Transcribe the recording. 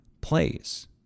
plays